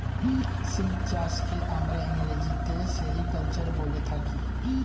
silk চাষকে আমরা ইংরেজিতে সেরিকালচার বলে থাকি